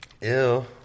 Ew